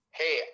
hey